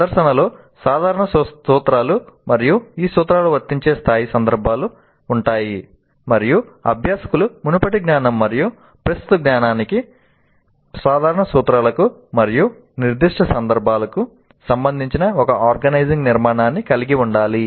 ప్రదర్శనలో సాధారణ సూత్రాలు మరియు ఈ సూత్రాలు వర్తించే నిర్దిష్ట సందర్భాలు ఉంటాయి మరియు అభ్యాసకులు మునుపటి జ్ఞానం మరియు ప్రస్తుత జ్ఞానాన్ని సాధారణ సూత్రాలకు మరియు నిర్దిష్ట సందర్భాలకు సంబంధించిన ఒక ఆర్గనైజింగ్ నిర్మాణాన్ని కలిగి ఉండాలి